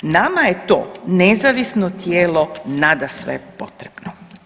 Nadam je to nezavisno tijelo nadasve potrebno.